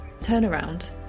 turnaround